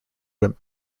went